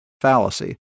fallacy